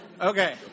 Okay